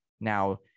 Now